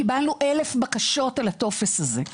קיבלנו 1,000 בקשות על הטופס הזה.